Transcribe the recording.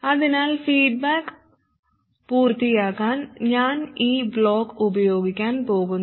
അതിനാൽ ഫീഡ്ബാക്ക് പൂർത്തിയാക്കാൻ ഞാൻ ഈ ബ്ലോക്ക് ഉപയോഗിക്കാൻ പോകുന്നു